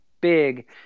big